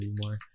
anymore